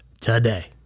today